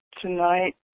tonight